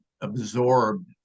absorbed